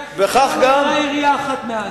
ובגלל זה ה"חיזבאללה" לא ירה ירייה אחת מאז.